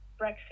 brexit